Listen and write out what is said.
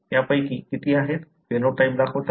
त्यापैकी किती आहेत फेनोटाइप दाखवतात